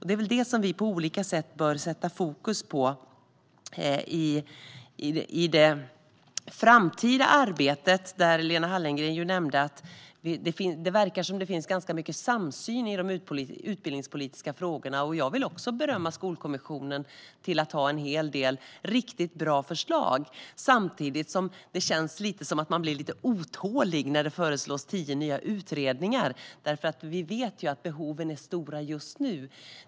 Det är detta som vi på olika sätt bör sätta fokus på i det framtida arbetet. Lena Hallengren nämnde att det verkar finnas en ganska stor samsyn i de utbildningspolitiska frågorna. Jag vill också berömma Skolkommissionen, som har en hel del riktigt bra förslag. Samtidigt känner man sig lite otålig när det föreslås tio nya utredningar, för vi vet att behoven är stora just nu.